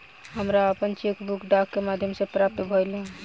हमरा आपन cheque book डाक के माध्यम से प्राप्त भइल ह